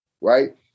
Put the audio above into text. right